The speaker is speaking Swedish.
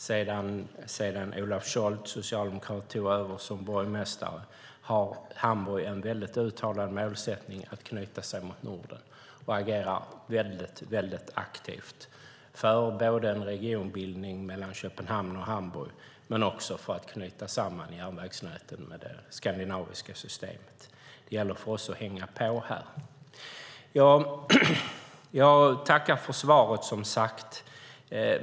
Sedan Ulaf Scholz, socialdemokrat, tog över som borgmästare har Hamburg en mycket uttalad målsättning att knyta sig mot Norden och agerar mycket aktivt för en regionbildning mellan Köpenhamn och Hamburg men också för att knyta samman järnvägsnäten med det skandinaviska systemet. Det gäller för oss att hänga på här. Jag tackar som sagt för svaret.